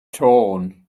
torn